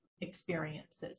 experiences